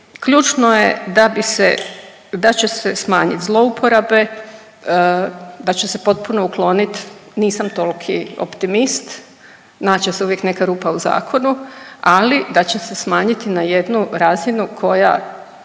da bi se, da će se smanjit zlouporabe, da će se potpuno uklonit, nisam toliki optimist, naći će se uvijek neka rupa u zakonu ali da će se smanjiti na jednu razinu koja